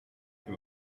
que